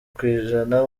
kw’ijana